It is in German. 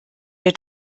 der